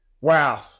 Wow